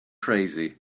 crazy